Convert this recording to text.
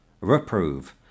reprove